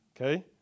Okay